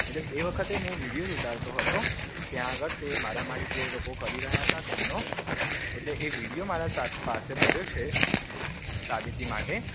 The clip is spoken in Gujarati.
એટલે તે વખતે હું વિડીયો જ ઉતારતો હતો ત્યાં આગળ તે મારામારી જે લોકો કરી રહ્યા હતા તેમનો એટલે એ વિડીયો મારા સાથ પાસે પડ્યો છે સાબિતી માટે